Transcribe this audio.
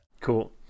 Cool